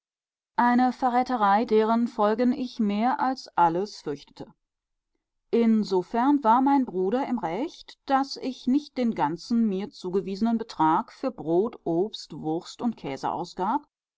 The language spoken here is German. eine verräterei deren folgen ich mehr als alles fürchtete insofern war mein bruder im recht als ich nicht den ganzen mir zugewiesenen betrag für brot obst wurst und käse ausgab